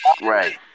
Right